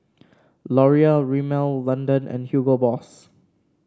Laurier Rimmel London and Hugo Boss